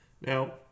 Now